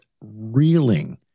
reeling